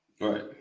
right